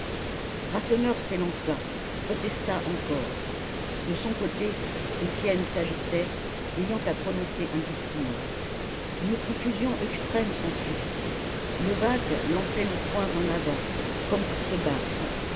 rasseneur s'élança protesta encore de son côté étienne s'agitait ayant à prononcer un discours une confusion extrême s'ensuivit levaque lançait les poings en avant comme pour se battre